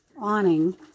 awning